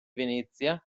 venezia